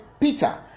Peter